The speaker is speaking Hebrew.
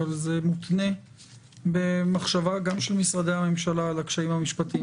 אבל זה מותנה במחשבה של משרדי הממשלה על הקשיים המשפטיים